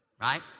Right